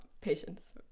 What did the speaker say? Patience